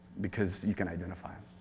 because you can identify.